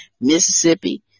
mississippi